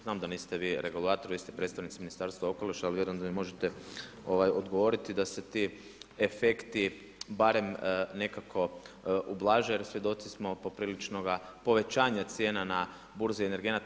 Znam da niste vi regulator, vi ste predstavnici Ministarstva okoliša, ali vjerujem da mi možete odgovoriti da se ti efekti barem nekako ublaže jer svjedoci smo popriličnoga povećanja cijena na burzi energenata.